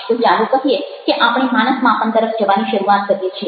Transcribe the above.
તો ચાલો કહીએ કે આપણે માનસ માપન તરફ જવાની શરૂઆત કરીએ છીએ